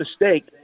mistake